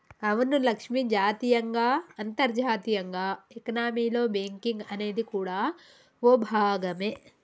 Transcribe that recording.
అవును లక్ష్మి జాతీయంగా అంతర్జాతీయంగా ఎకానమీలో బేంకింగ్ అనేది కూడా ఓ భాగమే